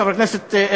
חבר הכנסת אגבאריה,